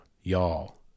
y'all